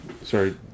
Sorry